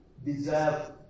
Deserve